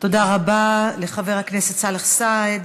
תודה רבה לחבר הכנסת סאלח סעד,